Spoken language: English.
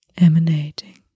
emanating